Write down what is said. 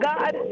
God